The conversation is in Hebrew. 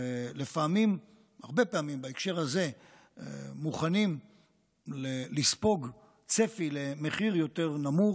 הרבה פעמים בהקשר הזה מוכנים לספוג צפי למחיר יותר נמוך,